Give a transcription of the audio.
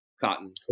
cotton